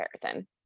comparison